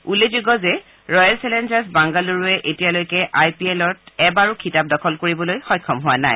উল্লেখযোগ্য যে Royal Challengers বাংগালুৰুৱে এতিয়ালৈকে আই পি এলত এবাৰো খিতাপ দখল কৰিবলৈ সক্ষম হোৱা নাই